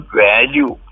value